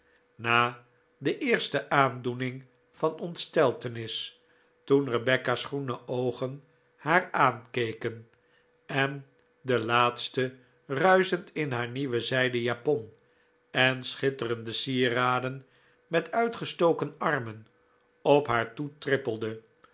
na de eerste aandoening van ontsteltenis toen rebecca's groene oogen haar aankeken en de laatste ruischend in haar nieuwe zijden japon en schitterende sieraden met uitgestoken armen op haar toe trippelde